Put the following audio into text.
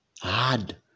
hard